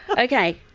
okay.